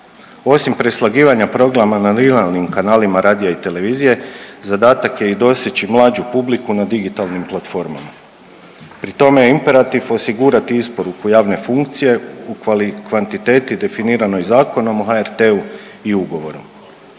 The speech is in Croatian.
Osim preslagivanja programa na linearnim kanalima radija i televizije zadatak je i doseći mlađu publiku na digitalnim platformama. Pri tome je imperativ osigurati isporuku javne funkcije u kvantiteti definiranoj Zakonom o HRT-u i ugovorom.